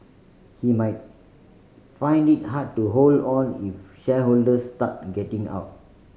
he might find it hard to hold on if shareholders start getting out